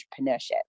entrepreneurship